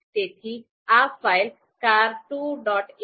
તેથી આ file car2